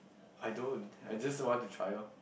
I don't I just want to try lor